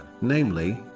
namely